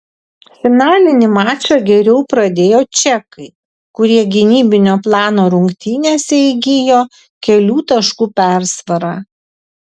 finalinį mačą geriau pradėjo čekai kurie gynybinio plano rungtynėse įgijo kelių taškų persvarą